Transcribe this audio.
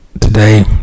Today